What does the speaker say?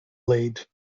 laid